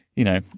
you know,